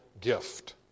gift